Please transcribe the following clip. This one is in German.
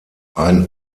ein